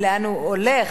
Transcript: לאן הוא הולך,